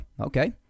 okay